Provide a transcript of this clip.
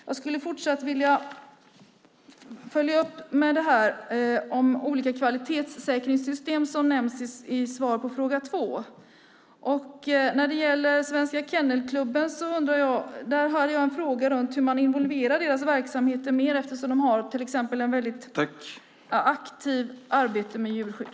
Jag skulle fortsatt vilja följa upp frågan om olika kvalitetssäkringssystem som nämns i svaret på min andra fråga. När det gäller Svenska Kennelklubben har jag en fråga om hur man involverar deras verksamheter mer, eftersom de till exempel har ett mycket aktivt arbete med djurskydd.